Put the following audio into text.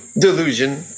delusion